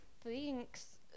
thinks